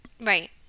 Right